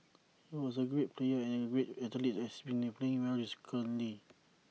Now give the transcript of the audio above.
he was A great player and A great athlete and has been playing well recently